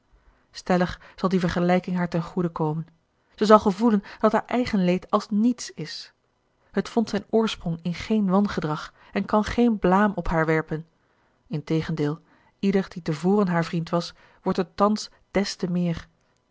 stellig zal die vergelijking haar ten goede komen zij zal gevoelen dat haar eigen leed als niets is het vond zijn oorsprong in geen wangedrag en kan geen blaam op haar werpen integendeel ieder die te voren haar vriend was wordt het thans des te meer